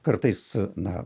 kartais na